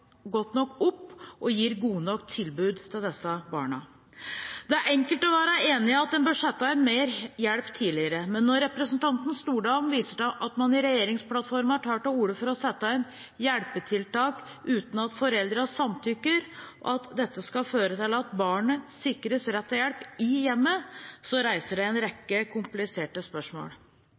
godt nok opp og gir gode nok tilbud til disse barna. Det er enkelt å være enig i at en bør sette inn mer hjelp tidligere, men når representanten Stordalen viser til at man i regjeringsplattformen tar til orde for å sette inn hjelpetiltak uten at foreldrene samtykker, og at dette skal føre til at barnet sikres rett til hjelp i hjemmet, reiser det en rekke kompliserte spørsmål.